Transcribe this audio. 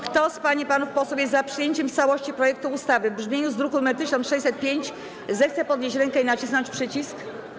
Kto z pań i panów posłów jest za przyjęciem w całości projektu ustawy w brzmieniu z druku nr 1605, zechce podnieść rękę i nacisnąć przycisk.